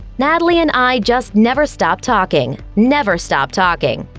natalie and i just never stop talking. never stop talking.